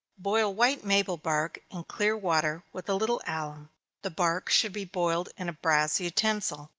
boil white maple bark in clear water, with a little alum the bark should be boiled in a brass utensil.